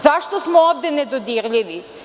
Zašto smo ovde nedodirljivi?